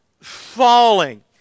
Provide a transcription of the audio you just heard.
falling